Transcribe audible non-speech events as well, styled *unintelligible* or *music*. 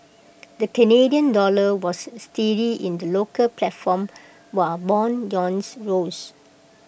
the Canadian dollar was steady in the local platform while Bond *unintelligible* rose